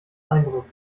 eindruck